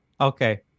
Okay